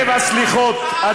ובערב הסליחות,